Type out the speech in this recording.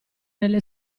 nelle